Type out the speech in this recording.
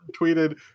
tweeted